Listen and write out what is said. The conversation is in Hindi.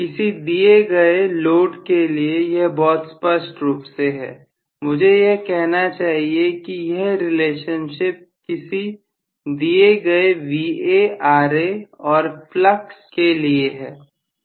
किसी दिए गए के लिए यह बहुत स्पष्ट रूप से है मुझे यह कहना चाहिए कि यह रिलेशनशिप किसी दिए गए VaRa और फ्लक्स φ के लिए है